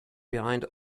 behind